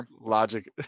logic